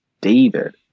David